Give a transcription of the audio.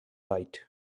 light